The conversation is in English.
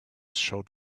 showed